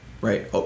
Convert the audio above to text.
right